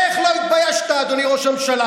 איך לא התביישת, אדוני ראש הממשלה?